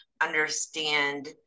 understand